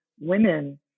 women